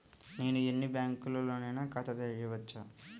నేను ఎన్ని బ్యాంకులలోనైనా ఖాతా చేయవచ్చా?